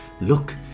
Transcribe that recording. Look